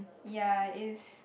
ya is